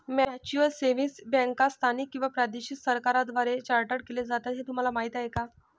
Mutual savings बँका स्थानिक किंवा प्रादेशिक सरकारांद्वारे चार्टर्ड केल्या जातात हे तुम्हाला माहीत का?